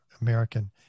American